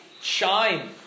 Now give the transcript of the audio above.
shine